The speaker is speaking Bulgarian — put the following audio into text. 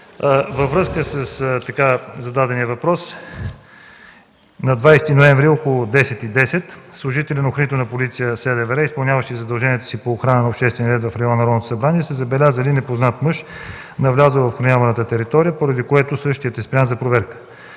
Във връзка със зададения въпрос. На 20 ноември около 10,10 ч. служители на Охранителна полиция – СДВР, изпълняващи задълженията си по охрана на обществения ред в района на Народното събрание, са забелязали непознат мъж, навлязъл в охраняваната територия, поради което същият е спрян за проверка.